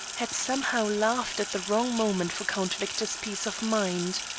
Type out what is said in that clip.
had somehow laughed at the wrong moment for count victor's peace of mind.